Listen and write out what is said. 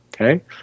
Okay